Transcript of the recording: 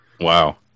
Wow